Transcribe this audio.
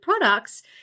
products